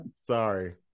sorry